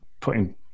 putting